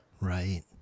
Right